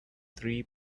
three